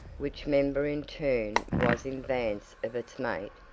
which member in turn was in advance of its mate,